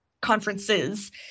conferences